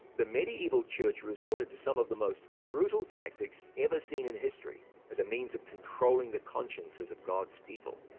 the medieval church resorted to some of the most brutal tactics ever seen in history as a means of controlling the consciences of god's people.